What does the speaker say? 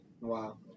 wow